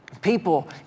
People